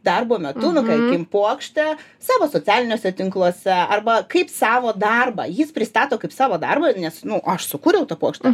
darbo metu nu tarkim puokštę savo socialiniuose tinkluose arba kaip savo darbą jis pristato kaip savo darbą nes nu aš sukūriau tą pokštę